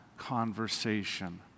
conversation